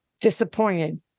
disappointed